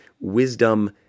Wisdom